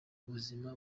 buzima